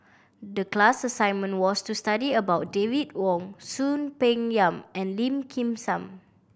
the class assignment was to study about David Wong Soon Peng Yam and Lim Kim San